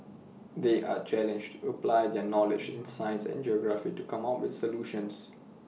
they are challenged apply their knowledge in science and geography to come up with solutions